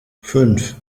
fünf